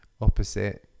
opposite